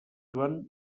joan